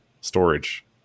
storage